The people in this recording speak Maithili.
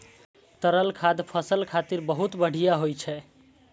तरल खाद फसल खातिर बहुत बढ़िया होइ छै